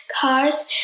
cars